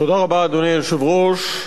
אדוני היושב-ראש,